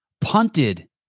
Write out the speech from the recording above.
punted